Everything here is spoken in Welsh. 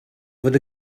fod